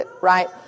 right